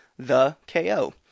THEKO